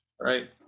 right